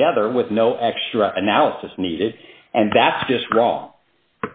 together with no extra analysis needed and that's just wrong